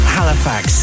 Halifax